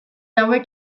hauek